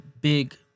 big